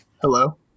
Hello